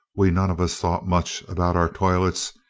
we none of us thought much about our toilets,